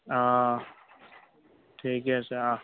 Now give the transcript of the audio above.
অঁ ঠিকে আছে অঁ